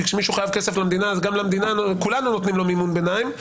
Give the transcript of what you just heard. כי כשמישהו חייב כסף למדינה אז כולנו נותנים לו מימון ביניים,